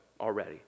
already